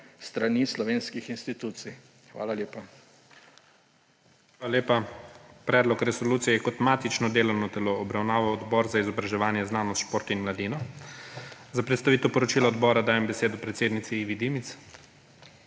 strani slovenskih institucij. Hvala lepa. **PREDSEDNIK IGOR ZORČIČ:** Hvala lepa. Predlog resolucije je kot matično delovno telo obravnaval Odbor za izobraževanje, znanost, šport in mladino. Za predstavitev poročila odbora dajem besedo predsednici Ivi Dimic.